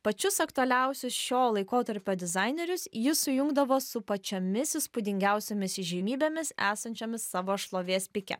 pačius aktualiausius šio laikotarpio dizainerius ji sujungdavo su pačiomis įspūdingiausiomis įžymybėmis esančiomis savo šlovės pike